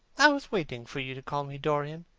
i was waiting for you to call me dorian.